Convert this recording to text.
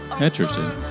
Interesting